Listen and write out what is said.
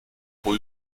pro